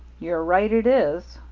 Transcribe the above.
you're right it is.